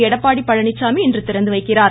எடப்பாடி பழனிச்சாமி இன்று திறந்து வைக்கிறார்